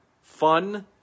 Fun